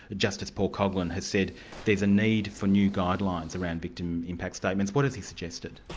justice paul coghlan, has said there's a need for new guidelines around victim impact statements. what has he suggested?